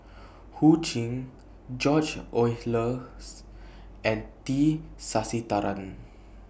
Ho Ching George Oehlers and T Sasitharan